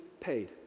paid